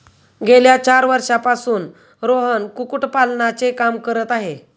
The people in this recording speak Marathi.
गेल्या चार वर्षांपासून रोहन कुक्कुटपालनाचे काम करत आहे